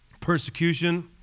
persecution